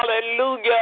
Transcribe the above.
hallelujah